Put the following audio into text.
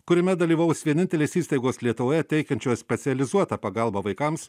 kuriame dalyvaus vienintelės įstaigos lietuvoje teikiančios specializuotą pagalbą vaikams